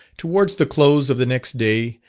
towards the close of the next day,